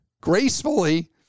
gracefully